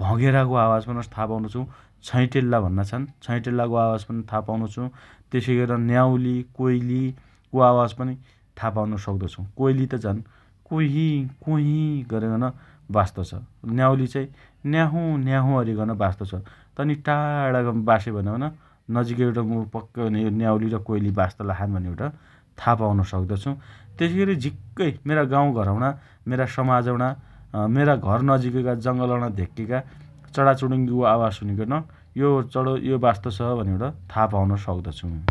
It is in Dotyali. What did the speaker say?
भँगेराको आवाज पन था पाउनो छु । छैँटेल्ला भन्ना छन् छैँटेल्लाको आवाज पनि था पाउनो छु । तेसइ गरि न्याउली कोइलीको आवाज पन था पाउन सक्तो छु । कोइली त झन् कुहीँ कुहीँ गरिकन बास्तोछ । न्याउली चाहीँ न्याहुँ न्याहुँ अरिकन बास्तोछ । तनी टाढा बासे भनपन नजिकैबट मु पक्कै पनि यो न्याउली कोइली बास्त लाग्या छन् भनिबट था पाउन सक्तो छु । तेसइ अरि झिक्कै मेरा गाउँ घरम्णा, मेरा समाजम्णा अँ मेरा घर नजिककैका जङ्गलमणा धेक्किने चणाचुणिङ्गीको आवाज सुनिकन यो चणो यो बास्तो छ भनिबट था पाउन सक्तो छु ।